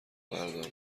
برداره